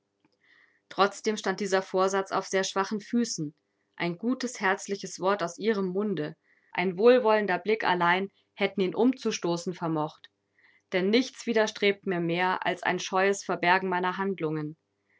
trotzdem stand dieser vorsatz auf sehr schwachen füßen ein gutes herzliches wort aus ihrem munde ein wohlwollender blick allein hätten ihn umzustoßen vermocht denn nichts widerstrebt mir mehr als ein scheues verbergen meiner handlungen